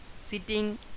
sitting